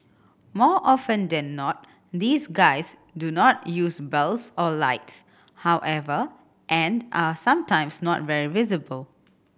more often than not these guys do not use bells or lights however and are sometimes not very visible